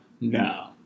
No